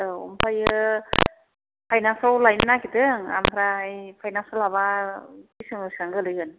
औ आमफ्रायो फाइनासआव लायनो नागिरदों आमफ्राय फाइनासआव लाब्ला बेसेबां बेसेबां गोलैगोन